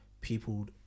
people